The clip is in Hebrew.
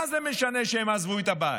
מה זה משנה שהם עזבו את הבית?